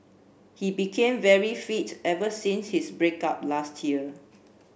he became very fit ever since his break up last year